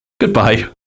Goodbye